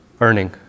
earning